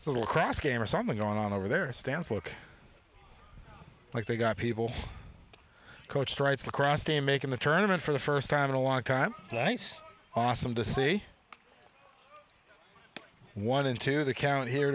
one little crass game or something going on over their stance look like they got people coached rights across to making the tournaments for the first time in a long time nice awesome to see one into the count here